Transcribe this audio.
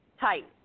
Tight